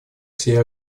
всей